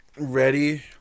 Ready